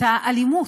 מקוּדם, את האלימות,